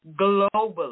globally